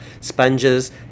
sponges